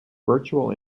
virtual